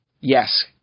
yes